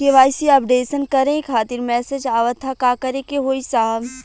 KYC updation करें खातिर message आवत ह का करे के होई साहब?